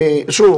שוב,